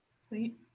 Sweet